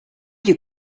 you